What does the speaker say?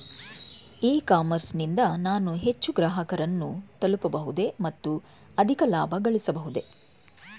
E commerce ನಿಂದ ನಾನು ಹೆಚ್ಚು ಗ್ರಾಹಕರನ್ನು ತಲುಪಬಹುದೇ ಮತ್ತು ಅಧಿಕ ಲಾಭಗಳಿಸಬಹುದೇ?